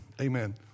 amen